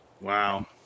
Wow